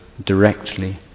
directly